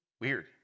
Weird